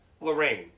Lorraine